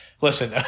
Listen